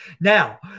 Now